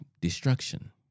destruction